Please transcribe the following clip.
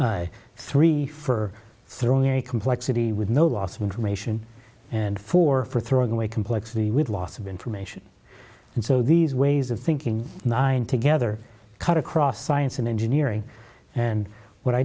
three for throwing in the complexity with no loss of information and for for throwing away complexity with loss of information and so these ways of thinking nine together cut across science and engineering and what i